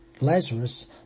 Lazarus